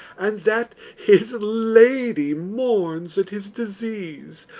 and that his lady mourns at his disease.